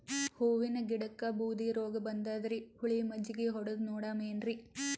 ಹೂವಿನ ಗಿಡಕ್ಕ ಬೂದಿ ರೋಗಬಂದದರಿ, ಹುಳಿ ಮಜ್ಜಗಿ ಹೊಡದು ನೋಡಮ ಏನ್ರೀ?